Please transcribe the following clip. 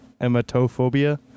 emetophobia